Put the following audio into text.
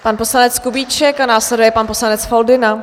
Pan poslanec Kubíček a následuje pan poslanec Foldyna.